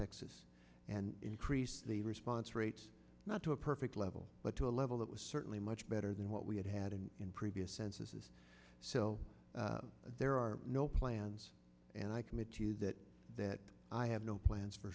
texas and increase the response rate not to a perfect level but to a level that was certainly much better than what we had had in previous censuses so there are no plans and i commit to that that i have no plans for